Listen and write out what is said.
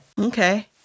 Okay